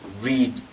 read